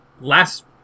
last